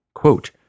Quote